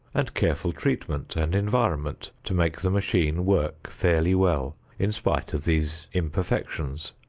and careful treatment and environment to make the machine work fairly well in spite of these imperfections.